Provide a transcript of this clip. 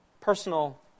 personal